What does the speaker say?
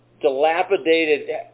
dilapidated